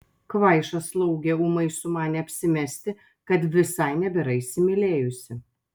kvaiša slaugė ūmai sumanė apsimesti kad visai nebėra įsimylėjusi